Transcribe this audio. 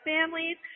Families